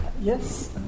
Yes